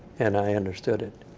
and i understood it.